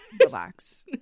relax